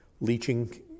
leaching